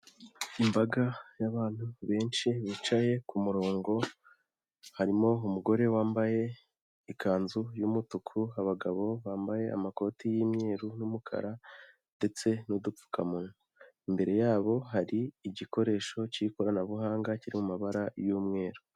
Imbaga y'abantu benshi bicaye ku murongo harimo umugore wambaye ikanzu y'umutuku, abagabo bambaye amakoti y'imyeru n'umukara ndetse n'udupfukamunwa . Imbere yabo hari igikoresho k'ikoranabuhanga kiri mu mabara y'umweru.